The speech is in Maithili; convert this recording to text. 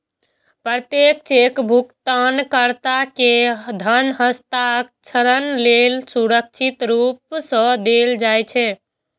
प्रत्येक चेक भुगतानकर्ता कें धन हस्तांतरण लेल सुरक्षित रूप सं देल जाइ छै